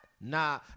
nah